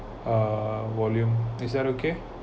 uh volume is that okay